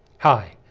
hi,